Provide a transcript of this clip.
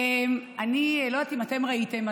אני לא יודעת אם אתם ראיתם,